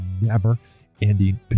never-ending